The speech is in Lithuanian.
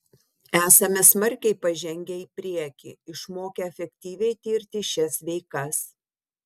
esame smarkiai pažengę į priekį išmokę efektyviai tirti šias veikas